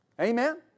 Amen